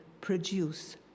produce